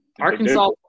Arkansas